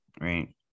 right